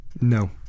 no